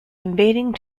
invading